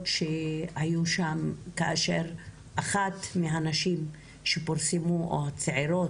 שהיו שם כאשר אחת מהנשים או הצעירות,